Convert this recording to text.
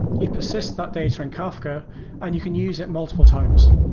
you persists that data in kafka and you can use it multiple times.